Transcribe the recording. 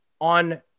on